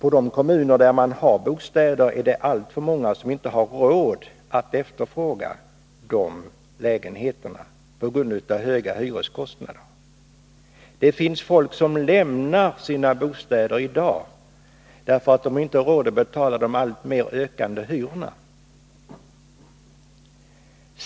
I de kommuner där man har bostäder är det alltför många som inte har råd att efterfråga de lägenheterna på grund av höga hyreskostnader. Det finns folk som lämnar sina bostäder i dag, därför att de inte har råd att betala de alltmer ökande hyrorna.